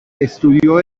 estudió